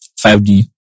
5D